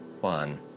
one